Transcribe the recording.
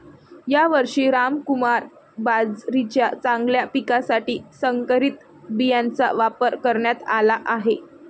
यावर्षी रामकुमार बाजरीच्या चांगल्या पिकासाठी संकरित बियाणांचा वापर करण्यात आला आहे